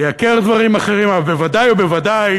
לייקר דברים אחרים, אבל ודאי וודאי